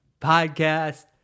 podcast